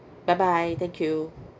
bye bye thank you